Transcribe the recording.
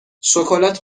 شکلات